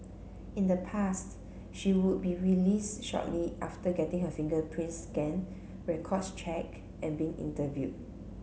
in the past she would be released shortly after getting her fingerprints scanned records checked and being interview